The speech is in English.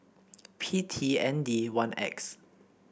P T N D one X